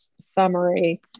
summary